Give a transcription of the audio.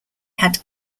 had